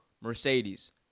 Mercedes